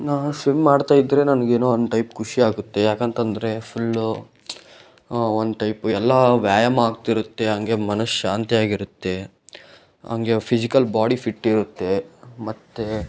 ನಾನು ಸ್ವಿಮ್ ಮಾಡ್ತಾಯಿದ್ರೆ ನನಗೇನೋ ಒಂದು ಟೈಪ್ ಖುಷಿಯಾಗುತ್ತೆ ಯಾಕಂತ ಅಂದ್ರೆ ಫುಲ್ ಒನ್ ಟೈಪ್ ಎಲ್ಲ ವ್ಯಾಯಾಮ ಆಗ್ತಿರುತ್ತೆ ಹಂಗೆ ಮನಃಶಾಂತಿಯಾಗಿರುತ್ತೆ ಹಂಗೆ ಫಿಸಿಕಲ್ ಬಾಡಿ ಫಿಟ್ಟಿರುತ್ತೆ ಮತ್ತು